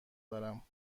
دارم